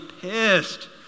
pissed